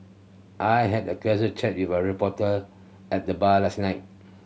I had a casual chat with a reporter at the bar last night